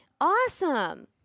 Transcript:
Awesome